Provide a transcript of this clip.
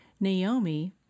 Naomi